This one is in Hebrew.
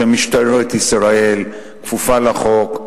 משטרת ישראל כפופה לחוק,